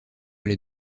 les